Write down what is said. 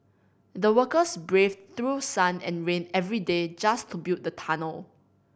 the workers braved through sun and rain every day just to build the tunnel